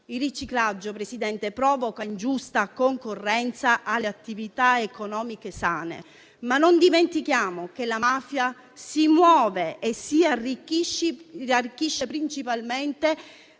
Il riciclaggio, signora Presidente, provoca ingiusta concorrenza alle attività economiche sane, ma non dimentichiamo che la mafia si muove e si arricchisce principalmente